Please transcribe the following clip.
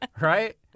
Right